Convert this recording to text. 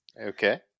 Okay